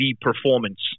performance